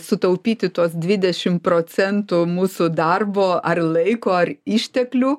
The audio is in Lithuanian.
sutaupyti tuos dvidešimt procentų mūsų darbo ar laiko ar išteklių